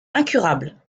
incurable